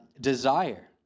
desire